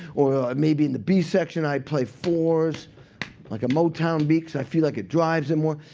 or maybe in the b section, i play fours like a motown beat, because i feel like it drives it more.